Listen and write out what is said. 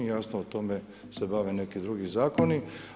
Jasno o tome se bave neki drugi zakoni.